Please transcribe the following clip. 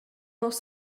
nos